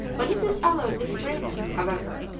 when it is allowed its freedom, however,